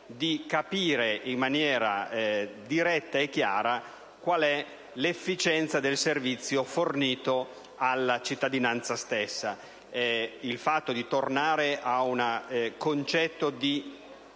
di capire in modo diretto e chiaro l'efficienza del servizio fornito alla cittadinanza. Il fatto di tornare ad un concetto di